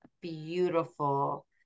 beautiful